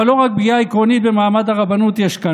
אבל לא רק פגיעה עקרונית במעמד הרבנות יש כאן,